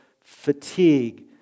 fatigue